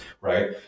right